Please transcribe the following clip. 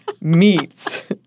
meats